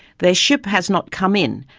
their ship has not come in,